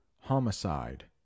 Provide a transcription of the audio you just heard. homicide